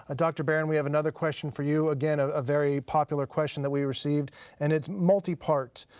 ah dr. barron, we have another question for you. again, a very popular question that we received and it's multi-part.